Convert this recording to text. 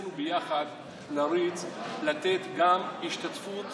ניסינו ביחד לתת גם השתתפות